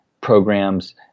programs